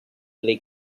bleak